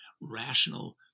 rational